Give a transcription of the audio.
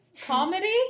comedy